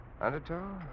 Undertow